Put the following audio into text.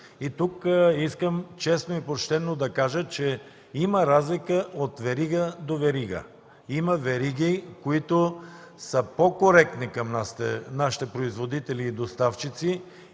Тук искам честно и почтено да кажа, че има разлика от верига до верига. Има вериги, които са по-коректни към нашите производители и доставчици.